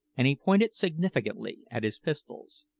and he pointed significantly at his pistols.